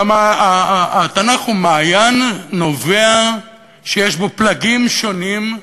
אבל התנ"ך הוא מעיין נובע שיש בו פלגים שונים,